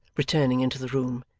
returning into the room.